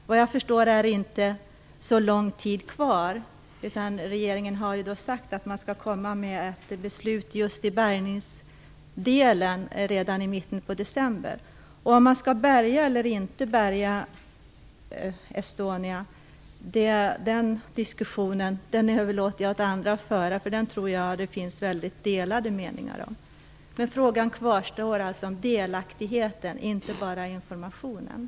Såvitt jag förstår är det inte så lång tid kvar till dess regeringen kommer att fatta beslut om en eventuell bärgning - det har sagts att ett beslut kommer att fattas redan i mitten av december. Diskussionen huruvida man skall bärga Estonia eller inte överlåter jag åt andra att föra. I den frågan är ju meningarna mycket delade. Men min fråga om de anhörigas delaktighet - utöver den information de får